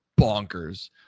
bonkers